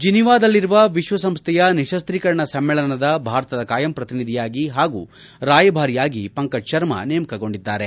ಜಿನಿವಾದಲ್ಲಿರುವ ವಿಶ್ವಸಂಸ್ದೆಯ ನಿಶಸ್ತೀಕರಣ ಸಮ್ಲೇಳನದ ಭಾರತದ ಖಾಯಂ ಪ್ರತಿನಿಧಿಯಾಗಿ ಹಾಗೂ ರಾಯಭಾರಿಯಾಗಿ ಪಂಕಜ್ ಶರ್ಮ ನೇಮಕಗೊಂಡಿದ್ದಾರೆ